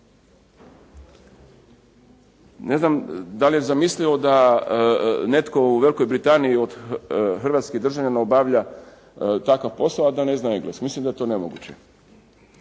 Ne znam da li je zamislivo da netko u Velikoj Britaniji od hrvatskih državljana obavlja takav posao, a da ne zna engleski? Mislim da je to nemoguće.